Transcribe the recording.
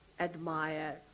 admire